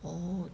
oh